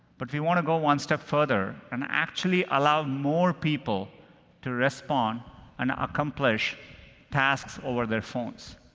but we want to go one step further and actually allow more people to respond and accomplish tasks over their phones.